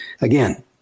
again